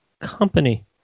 company